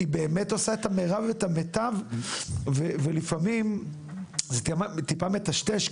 היא באמת עושה את המירב ואת המיטב ולפעמים זה טיפה מטשטש.